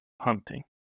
hunting